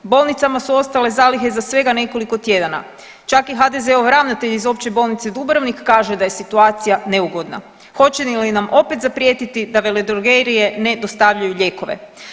Bolnicama su ostale zalihe za svega nekoliko tjedana, čak i HDZ-ov ravnatelj iz Opće bolnice Dubrovnik kaže da je situacija neugodna, hoće li nam opet zaprijetiti da veledrogerije ne dostavljaju lijekove.